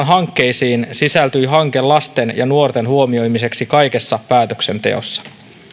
hankkeisiin sisältyi hanke lasten ja nuorten huomioimiseksi kaikessa päätöksenteossa